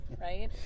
Right